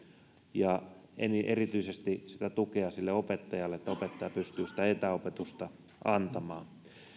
ja erityisesti tukea opettajalle että opettaja pystyy sitä etäopetusta antamaan